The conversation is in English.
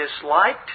disliked